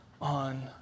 on